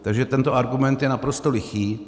Takže tento argument je naprosto lichý.